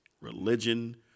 religion